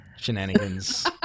shenanigans